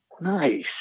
Nice